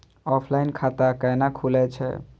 Offline खाता कैना खुलै छै?